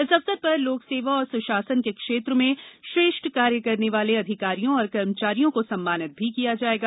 इस अवसर पर लोकसेवा एवं सुशासन के क्षेत्र में श्रेष्ठ कार्य करने वाले अधिकारियों और कर्मचारियों को सम्मानित भी किया जाएगा